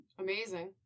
Amazing